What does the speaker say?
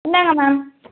இந்தாங்க மேம்